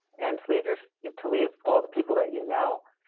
and to leave to leave all the people that you know,